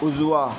उजवा